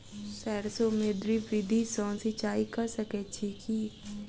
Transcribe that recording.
सैरसो मे ड्रिप विधि सँ सिंचाई कऽ सकैत छी की?